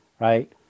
Right